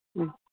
ಹ್ಞೂ